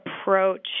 approach